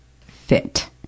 fit